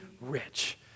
rich